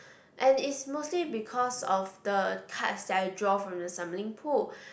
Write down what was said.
and is mostly because of the cards that I draw from the assembling pool